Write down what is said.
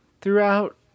throughout